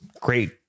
Great